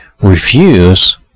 refuse